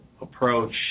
approach